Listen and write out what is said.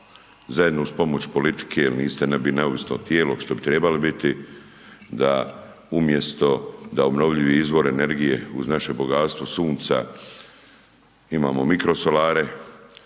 zajedno uz pomoć politike jel niste neovisno tijelo što bi trebali da umjesto da obnovljivi izvor energije uz naše bogatstvo sunca imamo mikrosolare,